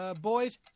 boys